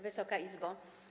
Wysoka Izbo!